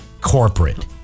Corporate